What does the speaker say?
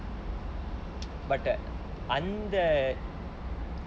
but the அந்த:antha